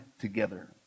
together